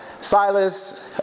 Silas